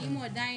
האם הוא עדיין